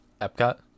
Epcot